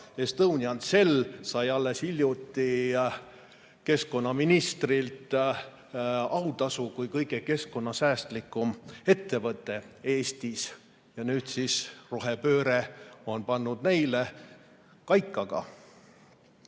Estonian Cell, sai alles hiljuti keskkonnaministrilt autasu kui kõige keskkonnasäästlikum ettevõte Eestis. Nüüd on rohepööre pannud neile kaikaga.